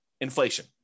Inflation